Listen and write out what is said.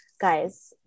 guys